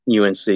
UNC